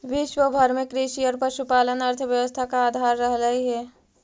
विश्व भर में कृषि और पशुपालन अर्थव्यवस्था का आधार रहलई हे